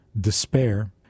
despair